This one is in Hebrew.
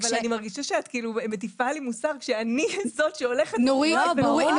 אני מרגישה שאת מטיפה לי מוסר כשאני זאת שהולכת --- בסוף